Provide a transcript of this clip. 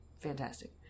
fantastic